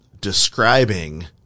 describing